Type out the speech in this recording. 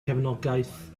cefnogaeth